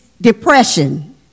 depression